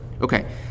okay